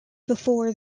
before